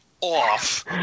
off